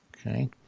Okay